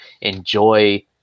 enjoy